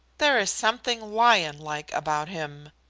there is something lion-like about him.